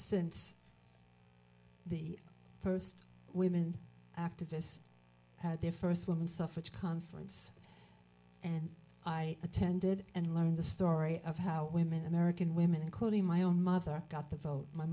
since the first women activists had their first woman suffrage conference and i attended and learned the story of how women american women including my own mother got the vote my